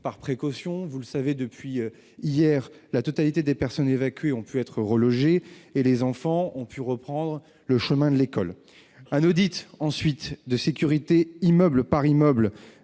par précaution. Depuis hier, la totalité des personnes évacuées ont été relogées et les enfants ont pu reprendre le chemin de l'école. Un audit de sécurité sera ensuite mené immeuble par immeuble,